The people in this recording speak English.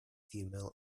female